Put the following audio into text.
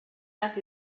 that